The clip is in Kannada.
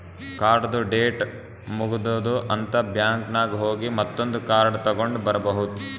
ಕಾರ್ಡ್ದು ಡೇಟ್ ಮುಗದೂದ್ ಅಂತ್ ಬ್ಯಾಂಕ್ ನಾಗ್ ಹೋಗಿ ಮತ್ತೊಂದ್ ಕಾರ್ಡ್ ತಗೊಂಡ್ ಬರ್ಬಹುದ್